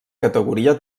categoria